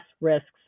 risks